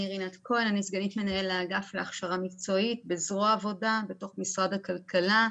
אני סגנית מנהל האגף להכשרה מקצועית בזרוע העבודה בתוך משרד הכלכלה.